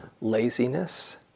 laziness